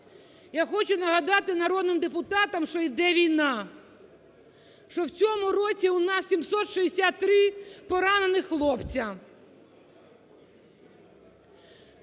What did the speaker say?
Я хочу нагадати народним депутатам, що йде війна, що в цьому році у нас 763 поранених хлопця,